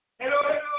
Hello